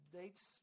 dates